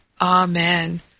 Amen